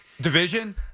Division